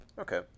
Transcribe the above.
Okay